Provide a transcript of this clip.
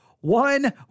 one